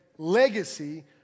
legacy